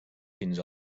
fins